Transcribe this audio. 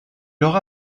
aura